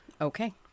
okay